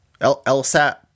LSAT